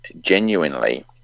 genuinely